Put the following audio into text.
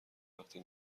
وقتی